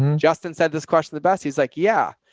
and justin said this question the best he's like, yeah.